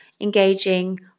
engaging